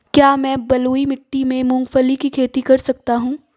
क्या मैं बलुई मिट्टी में मूंगफली की खेती कर सकता हूँ?